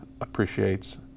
appreciates